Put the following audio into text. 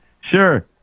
Sure